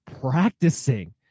practicing